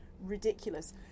ridiculous